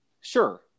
Sure